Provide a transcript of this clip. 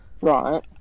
Right